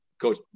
coach